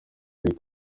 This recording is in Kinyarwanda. rico